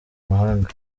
mahanga